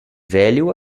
velho